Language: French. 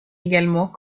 également